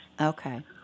Okay